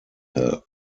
help